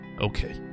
Okay